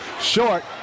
short